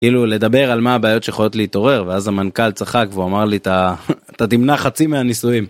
כאילו לדבר על מה הבעיות שיכולות להתעורר ואז המנכ״ל צחק והוא אמר לי, אתה תמנע חצי מהנישואים.